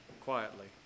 quietly